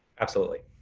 absolutely.